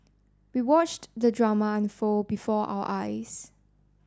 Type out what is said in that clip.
we watched the drama unfold before our eyes